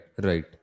right